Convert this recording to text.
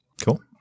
Cool